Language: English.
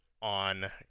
on